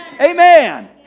amen